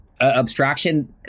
abstraction